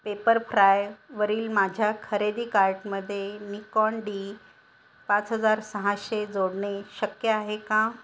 पेपरफ्रायवरील माझ्या खरेदी कार्टमध्ये निकॉन डी पाच हजार सहाशे जोडणे शक्य आहे का